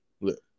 Look